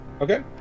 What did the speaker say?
Okay